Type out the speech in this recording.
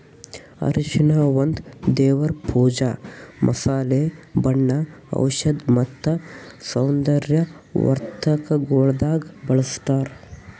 ಅರಿಶಿನ ಒಂದ್ ದೇವರ್ ಪೂಜಾ, ಮಸಾಲೆ, ಬಣ್ಣ, ಔಷಧ್ ಮತ್ತ ಸೌಂದರ್ಯ ವರ್ಧಕಗೊಳ್ದಾಗ್ ಬಳ್ಸತಾರ್